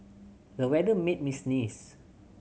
the weather made me sneeze